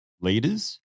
leaders